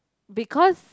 because